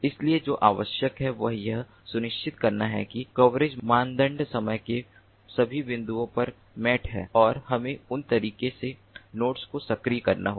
इसलिए जो आवश्यक है वह यह सुनिश्चित करना है कि कवरेज मानदंड समय के सभी बिंदुओं पर मेट है और हमें उस तरीके से नोड्स को सक्रिय करना होगा